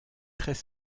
très